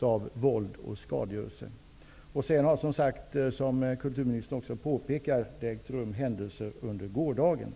av våld och skadegörelse. Därefter har under gårdagen, precis som kulturministern också påpekar, nya händelser ägt rum.